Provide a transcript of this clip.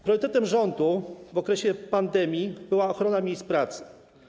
Priorytetem rządu w okresie pandemii była ochrona miejsc pracy.